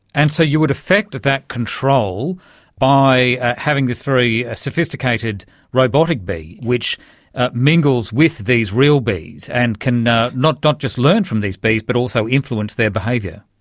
and so you would affect that control by having this very sophisticated robotic bee which mingles with these real bees and can not not just learn from these bees but also influence their behaviour.